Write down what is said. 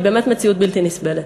היא באמת מציאות בלתי נסבלת.